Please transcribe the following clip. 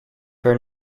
per